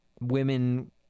women